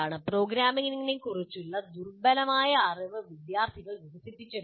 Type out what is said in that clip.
പ്രോഗ്രാമിംഗിനെക്കുറിച്ചുള്ള ദുർബലമായ അറിവ് വിദ്യാർത്ഥികൾ വികസിപ്പിച്ചെടുക്കുന്നു